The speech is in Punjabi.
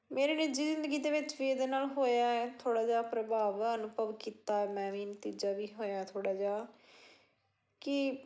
ਮੇਰੇ ਨਿੱਜੀ ਜ਼ਿੰਦਗੀ ਦੇ ਵਿੱਚ ਵੀ ਇਹਦੇ ਨਾਲ ਹੋਇਆ ਹੈ ਥੋੜ੍ਹਾ ਜਿਹਾ ਪ੍ਰਭਾਵ ਅਨੁਭਵ ਕੀਤਾ ਮੈਂ ਵੀ ਨਤੀਜਾ ਵੀ ਹੋਇਆ ਥੋੜ੍ਹਾ ਜਿਹਾ ਕਿ